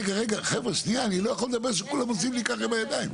רגע רגע חבר'ה שנייה אני לא יכול לדבר שכולם עושים לי ככה עם הידיים,